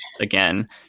again